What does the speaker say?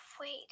Wait